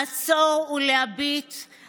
לא יכול להיות שאתה תאיים